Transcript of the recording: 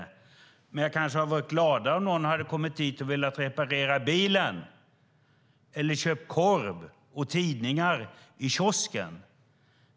Men jag kanske hade varit gladare om någon hade kommit dit och velat reparera bilen eller köpt korv och tidningar i kiosken.